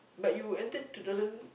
but you ended two thousand